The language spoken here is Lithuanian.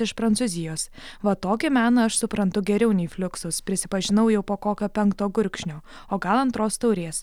iš prancūzijos va tokį meną aš suprantu geriau nei fliuksus prisipažinau jau po kokio penkto gurkšnio o gal antros taurės